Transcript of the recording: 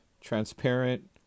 Transparent